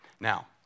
Now